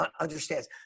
understands